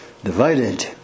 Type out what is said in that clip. divided